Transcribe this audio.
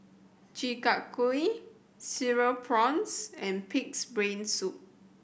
Chi Kak Kuih Cereal Prawns and Pig's Brain Soup